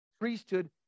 priesthood